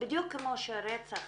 דיוק כמו שרצח